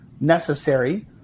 necessary